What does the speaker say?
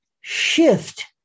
shift